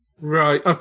Right